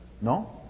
No